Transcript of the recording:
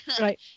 Right